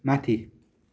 माथि